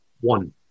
One